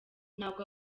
ntabwo